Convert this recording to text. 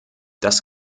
das